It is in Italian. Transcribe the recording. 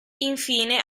infine